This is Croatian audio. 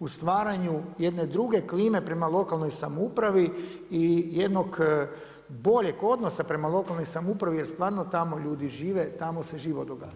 u stvaranju jedne druge klime prema lokalnoj samoupravi i jednog boljeg odnosa prema lokalnoj samoupravi jer stvarno tamo ljudi žive, tamo se život događa.